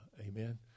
Amen